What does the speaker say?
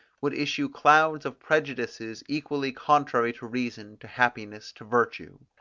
would issue clouds of prejudices equally contrary to reason, to happiness, to virtue.